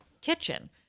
kitchen